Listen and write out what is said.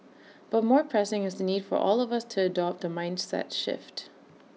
but more pressing is the need for all of us to adopt A mindset shift